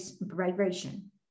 vibration